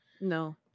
No